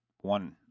one